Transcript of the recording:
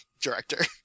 director